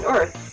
Earth